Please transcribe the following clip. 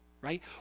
right